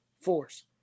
force